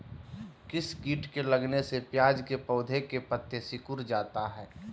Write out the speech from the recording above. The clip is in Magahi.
किस किट के लगने से प्याज के पौधे के पत्ते सिकुड़ जाता है?